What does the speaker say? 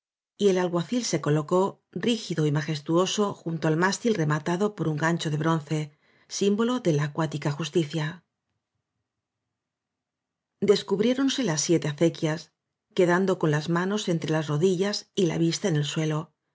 y el alguacil se colocó rígido y magestuoso junto al mástil rematado por v blasco ibañez un gancho de bronce símbolo de la acuática justicia descubriéronse las siete acequias quedan do con las manos entre las rodillas y la vista el suelo